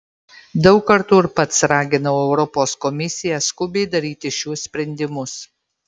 daug kartų ir pats raginau europos komisiją skubiai daryti šiuos sprendimus